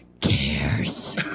cares